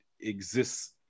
exists